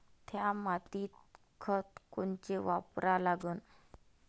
थ्या मातीत खतं कोनचे वापरा लागन?